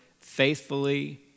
faithfully